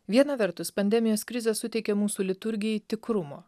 viena vertus pandemijos krizė suteikė mūsų liturgijai tikrumo